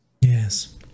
yes